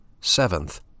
Seventh